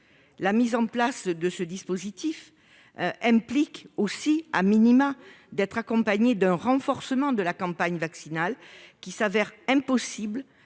la mise en place de ce dispositif doit aussi,, être accompagnée d'un renforcement de la campagne vaccinale, ce qui s'avérera impossible